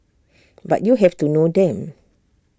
but you have to know them